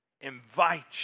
invite